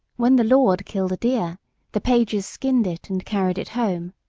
when the lord killed a deer the pages skinned it and carried it home.